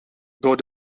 door